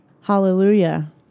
hallelujah